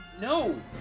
no